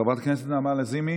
חברת הכנסת נעמה לזימי